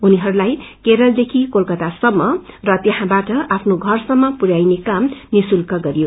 उनीहरूलाई केरलदेखि कोलकातासम्म र त्यहाँबाट आफ्नो घरसम्म पुर्याइने काम निशुल्क गरियो